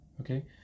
okay